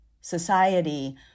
society